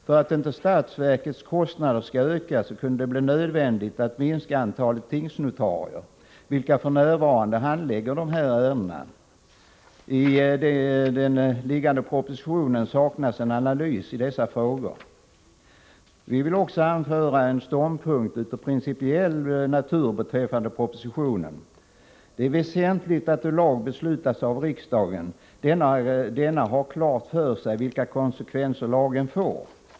För att inte statsverkets kostnader skall öka kan det bli nödvändigt att minska antalet tingsnotarier, vilka f.n. handlägger de här ärendena. I föreliggande proposition saknas en analys av dessa frågor. Vi vill också anföra en ståndpunkt av principiell natur beträffande propositionen. Det är väsentligt att riksdagen när den beslutar om en lag har klart för sig vilka konsekvenser lagen får.